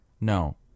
No